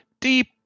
deep